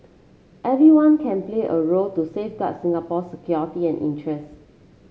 everyone can play a role to safeguard Singapore security and interest